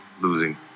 losing